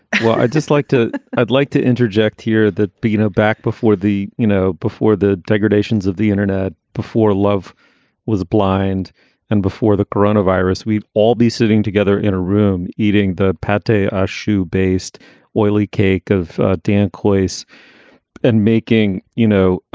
well, i'd just like to i'd like to interject here that you know back before the you know, before the degradations of the internet, before love was blind and before the coronavirus, we'd all be sitting together in a room eating the pate, a a shoe based oily cake of dan kois and making, you know,